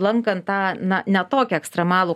lankant tą na ne tokį ekstremalų